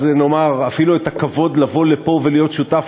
אז נאמר: אפילו את הכבוד לבוא לפה ולהיות שותף